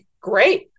Great